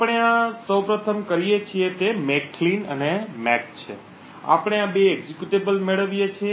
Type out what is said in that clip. આપણે સૌ પ્રથમ કરીએ છીએ તે મેક ક્લીન અને 'મેક છે અને આપણે બે એક્ઝેક્યુટેબલ મેળવીએ છીએ